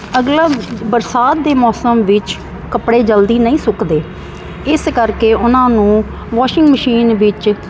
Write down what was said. ਅਗਲਾ ਬਰਸਾਤ ਦੇ ਮੌਸਮ ਵਿੱਚ ਕੱਪੜੇ ਜਲਦੀ ਨਹੀਂ ਸੁੱਕਦੇ ਇਸ ਕਰਕੇ ਉਹਨਾਂ ਨੂੰ ਵਾਸ਼ਿੰਗ ਮਸ਼ੀਨ ਵਿੱਚ